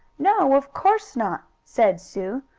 no, of course not! said sue,